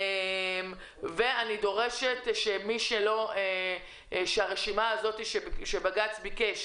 אני דורשת שהרשימה שביקש